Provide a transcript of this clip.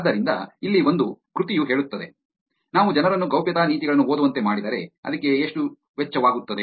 ಆದ್ದರಿಂದ ಇಲ್ಲಿ ಒಂದು ಕೃತಿಯು ಹೇಳುತ್ತದೆ ನಾವು ಜನರನ್ನು ಗೌಪ್ಯತಾ ನೀತಿಗಳನ್ನು ಓದುವಂತೆ ಮಾಡಿದರೆ ಅದಕ್ಕೆ ಎಷ್ಟು ವೆಚ್ಚವಾಗುತ್ತದೆ